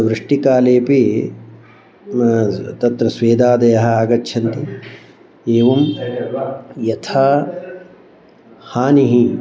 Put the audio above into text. वृष्टिकालेपि तत्र स्वेदादयः आगच्छन्ति एवं यथा हानिः